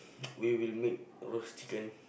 we will make roast chicken